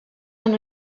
han